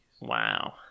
Wow